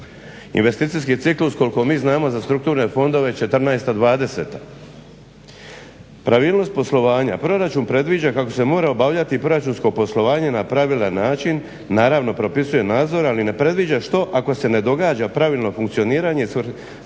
Investicijski ciklus je koliko mi znamo za strukturne fondove 2014.-2020. Pravilnost poslovanja, proračun predviđa kako se mora obavljati proračunsko poslovanje na pravilan način naravno propisuje nadzor ali ne predviđa što ako se ne događa pravilno funkcioniranje svrhovito